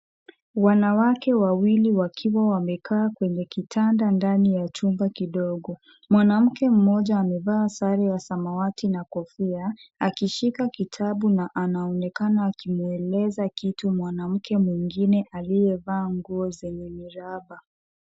Wanawake wawili wakiwa wamekaa kwenye kitanda ndani ya chumba kidogo. Mwanamke mmoja amevaa sar ya samawati na kofia, akishika kitabu na anaonekana akimweleza kitu mwanamke mwingine aliyevaa nguo zenye miraba.